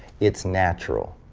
it's natural.